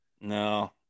No